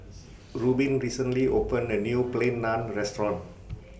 Reubin recently opened A New Plain Naan Restaurant